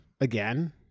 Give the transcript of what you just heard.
again